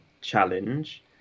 challenge